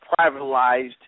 privatized